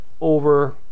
over